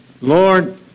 Lord